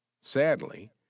sadly